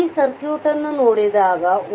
ಈ ಸರ್ಕ್ಯೂಟ್ನ್ನು ನೋಡಿದಾಗ ವೋಲ್ಟೇಜ್ v